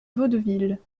vaudeville